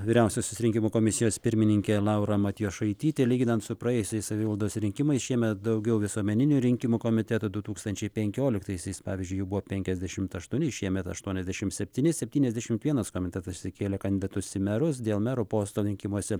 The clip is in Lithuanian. vyriausiosios rinkimų komisijos pirmininkė laura matjošaitytė lyginant su praėjusiais savivaldos rinkimais šiemet daugiau visuomeninių rinkimų komitetų du tūkstančiai penkioliktaisiais pavyzdžiui jų buvo penkiasdešimt aštuoni šiemet aštuoniasdešim septyni septyniasdešimt vienas komitetas išsikėlė kandidatus į merus dėl mero posto rinkimuose